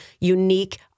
unique